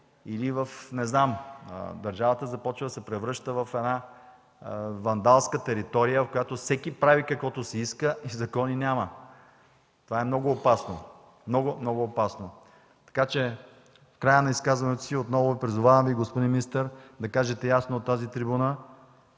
или, не знам. Държавата започва да се превръща във вандалска територия, където всеки прави, каквото си иска, и закони няма. Това е опасно, много, много опасно. В края на изказването си отново Ви призовавам, господин министър, да кажете ясно от тази трибуна